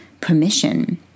permission